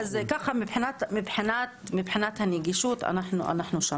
מבחינת הנגישות אנחנו שם,